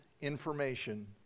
information